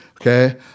Okay